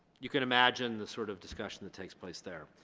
you can imagine the sort of discussion that takes place there.